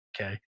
Okay